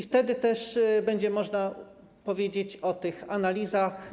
Wtedy też będzie można powiedzieć o tych analizach.